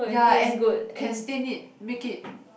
ya and can stain it make it